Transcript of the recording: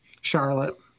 Charlotte